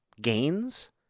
gains